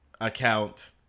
account